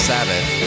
Sabbath